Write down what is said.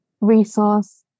resource